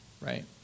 right